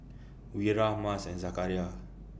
Wira Mas and Zakaria